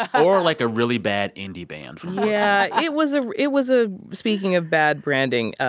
or, like, a really bad indie band yeah. it was ah it was a speaking of bad branding.